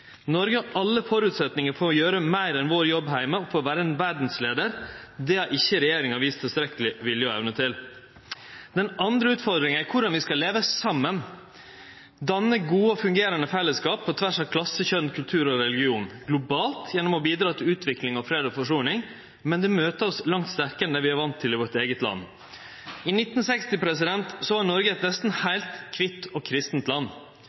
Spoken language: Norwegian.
Noreg har alle føresetnader for å gjere meir enn vår jobb heime og for å vere ein verdsleiar. Det har ikkje regjeringa vist tilstrekkeleg vilje og evne til. Den andre utfordringa er korleis vi skal leve saman og danne gode og fungerande fellesskap på tvers av klasse, kjønn, kultur og religion – globalt, gjennom å bidra til utvikling, fred og forsoning, men det møter oss langt sterkare i vårt eige land enn vi er vande til. I 1960 var Noreg eit nesten heilt kvitt og kristent land.